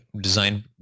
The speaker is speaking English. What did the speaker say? design